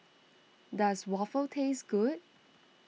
does Waffle taste good